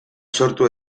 sortu